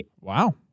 Wow